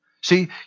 See